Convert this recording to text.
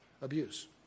abuse